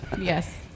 yes